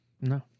No